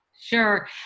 sure